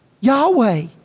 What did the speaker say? Yahweh